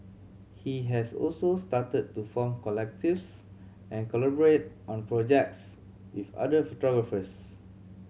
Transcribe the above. he has also started to form collectives and collaborate on projects with other photographers